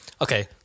Okay